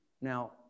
Now